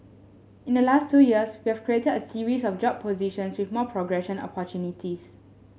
in the last two years we've created a series of job positions with more progression opportunities